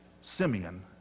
Simeon